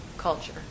culture